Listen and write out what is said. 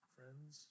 Friends